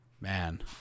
man